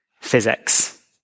physics